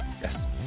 Yes